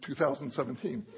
2017